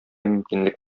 мөмкинлек